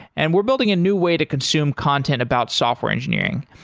and we're building a new way to consume content about software engineering.